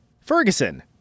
Ferguson